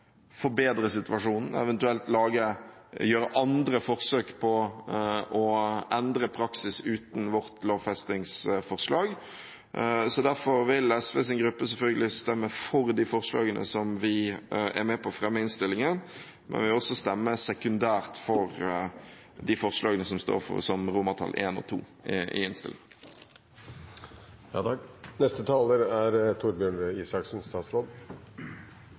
forbedre situasjonen, eventuelt gjøre andre forsøk på å endre praksis uten vårt lovfestingsforslag. Derfor vil SVs gruppe selvfølgelig stemme for det forslaget som vi står bak i innstillingen, men vi vil også sekundært stemme for I og II i innstillingen. Jeg må først bruke to ord på en debatt som kom i